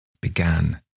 began